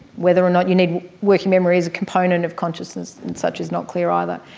whether or not you need working memory as a component of consciousness, and such is not clear either.